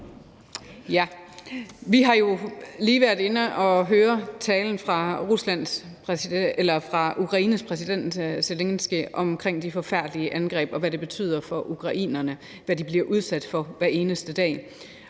Vi har jo lige været inde og høre talen fra Ukraines præsident Zelenskyj om det forfærdelige angreb, og hvad det betyder for ukrainerne at blive udsat for det hver eneste dag.